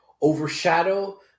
overshadow